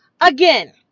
Again